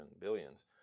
billions